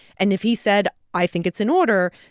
and if he said, i think it's in order,